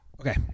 okay